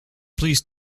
please